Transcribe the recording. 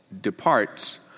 departs